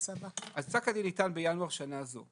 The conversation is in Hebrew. פסק הדין ניתן בינואר שנה זו.